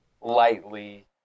lightly